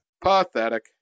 pathetic